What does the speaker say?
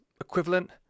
equivalent